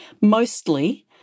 Mostly